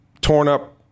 torn-up